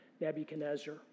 Nebuchadnezzar